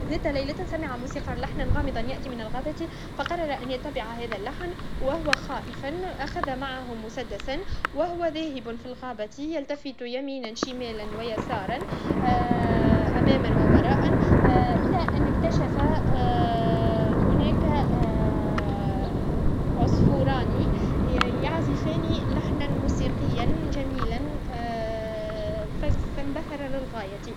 ذات ليلة، سمع موسيقار لحنًا غامضًا يأتي من الغابة فقرر ان يتبع هذا اللحن و هو خائفا فاخذ مسدسا و هو ذاهب في الغابة يلتفت يمينا و شمالا و يسارا اماما و وراءا الى ان اكتشف هناك عصفوران يعزفان لحنا موسيقبا جميلا فانتهر للغاية